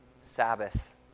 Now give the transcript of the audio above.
Sabbath